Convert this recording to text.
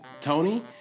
Tony